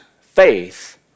faith